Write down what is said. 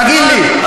תגיד לי.